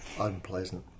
unpleasant